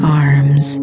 arms